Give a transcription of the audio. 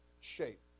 shape